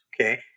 Okay